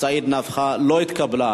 סעיד נפאע, לא התקבלה.